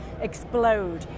explode